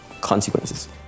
consequences